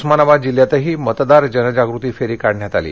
उस्मानाबाद जिल्ह्यातही मतदार जनजागुती फेरी काढण्यात आली